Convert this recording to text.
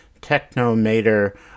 Technomater